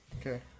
Okay